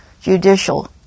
judicial